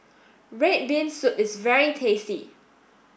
red bean soup is very tasty